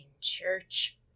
church